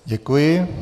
Děkuji.